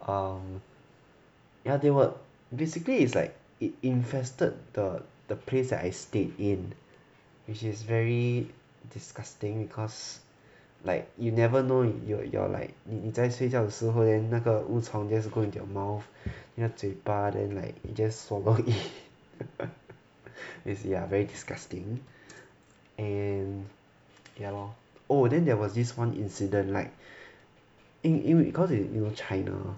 um ya they were basically it's like it infested the the place that I stayed in which is very disgusting cause like you never know you're you're like 你在睡觉的时 then 那个昆虫 just go into your mouth you know 嘴巴 then like you just swallow it is ya very disgusting and ya lor oh then there was this one incident like you you you cause you you China